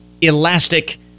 elastic